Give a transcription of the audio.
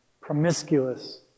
promiscuous